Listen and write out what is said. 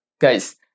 guys